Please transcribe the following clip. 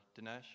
Dinesh